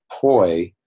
poi